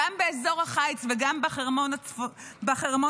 גם באזור החיץ וגם בחרמון הסורי,